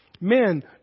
Men